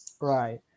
right